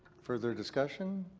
further discussion?